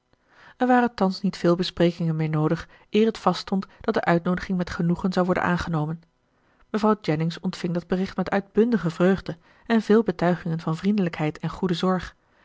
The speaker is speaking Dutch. er waren thans niet veel besprekingen meer noodig eer het vaststond dat de uitnoodiging met genoegen zou worden aangenomen mevrouw jennings ontving dat bericht met uitbundige vreugde en veel betuigingen van vriendelijkheid en goede zorg